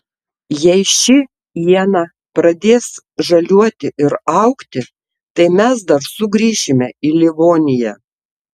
jei ši iena pradės žaliuoti ir augti tai mes dar sugrįšime į livoniją